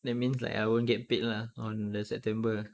that means like I won't get paid lah on the september